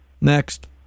Next